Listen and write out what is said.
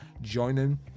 joining